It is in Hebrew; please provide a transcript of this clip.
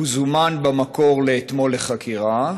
הוא זומן במקור אתמול לחקירה.